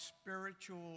spiritual